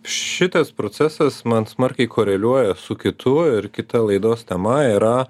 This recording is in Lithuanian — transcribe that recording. šitas procesas man smarkiai koreliuoja su kitu ir kita laidos tema yra